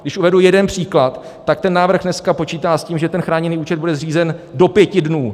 Když uvedu jeden příklad, tak ten návrh dnes počítá s tím, že ten chráněný účet bude zřízen do pěti dnů.